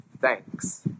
Thanks